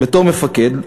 בתור מפקד,